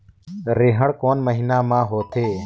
रेहेण कोन महीना म होथे?